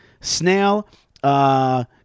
snail